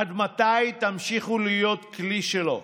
עד מתי תמשיכו להיות כלי שלו?